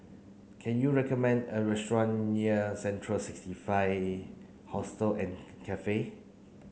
can you recommend a restaurant near Central sixty five Hostel and Cafe